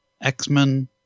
X-Men